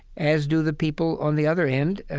as do the people on the other end,